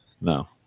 No